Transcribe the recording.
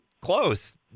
close